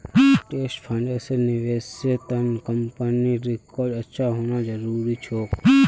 trust फंड्सेर निवेशेर त न कंपनीर रिकॉर्ड अच्छा होना जरूरी छोक